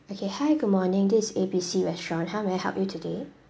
okay hi good morning this is A B C restaurant how may I help you today